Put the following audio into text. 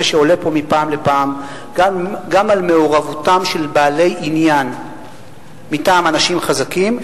שעולה פה מפעם לפעם: גם מעורבותם של בעלי עניין מטעם אנשים חזקים,